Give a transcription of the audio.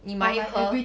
你买一盒